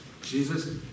Jesus